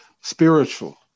spiritual